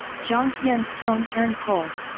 jiang tian's tone turned cold.